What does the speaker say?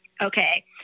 Okay